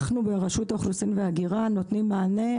אנחנו ברשות האוכלוסין וההגירה נותנים מענה,